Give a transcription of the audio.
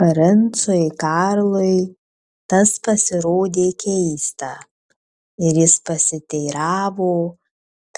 princui karlui tas pasirodė keista ir jis pasiteiravo